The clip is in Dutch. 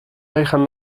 meegaan